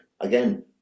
Again